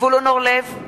זבולון אורלב,